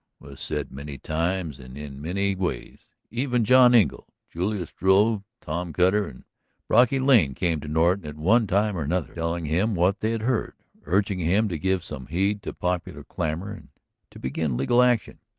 was said many times and in many ways. even john engle, julius struve, tom cutter, and brocky lane came to norton at one time or another, telling him what they had heard, urging him to give some heed to popular clamor, and to begin legal action.